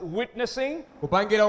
witnessing